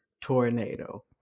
tornado